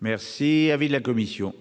Merci avait de la commission.